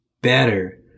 Better